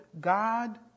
God